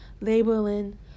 labeling